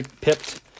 pipped